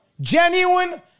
genuine